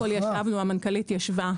קודם כל המנכ"לית ישבה.